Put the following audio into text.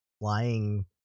flying